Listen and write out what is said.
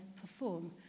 perform